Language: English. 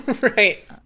Right